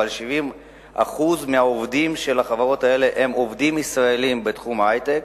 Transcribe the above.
אבל 70% מהעובדים של החברות האלה הם עובדים ישראלים בתחום ההיי-טק,